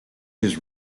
his